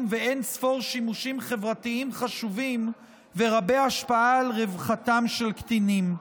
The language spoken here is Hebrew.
ואין-ספור שימושים חברתיים חשובים ורבי השפעה על רווחתם של קטינים.